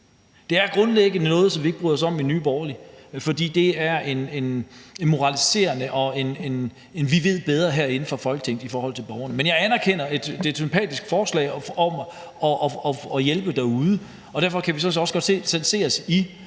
er grundlæggende noget, som vi ikke bryder os om i Nye Borgerlige, for det er moraliserende og udtryk for en holdning om, at vi herinde fra Folketinget ved bedre end borgerne. Men jeg anerkender, at det er et sympatisk forslag om at hjælpe derude, og derfor kan vi også godt se os